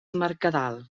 mercadal